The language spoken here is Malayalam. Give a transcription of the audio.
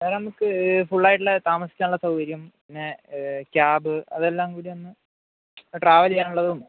വേറെ നമ്മൾക്ക് ഫുള്ളായിട്ടുള്ള താമസിക്കാനുള്ള സൗകര്യം പിന്നെ ക്യാബ് അതെല്ലാം കൂടിയൊന്നു ട്രാവൽ ചെയ്യാനുള്ളതും